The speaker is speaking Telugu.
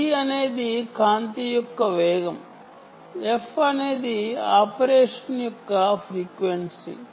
c కాంతి యొక్క వేగం f ఆపరేషన్ ఫ్రీక్వెన్సీ